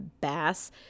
Bass